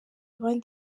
abandi